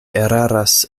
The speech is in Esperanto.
eraras